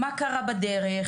מה קרה בדרך.